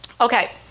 Okay